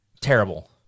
terrible